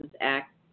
Act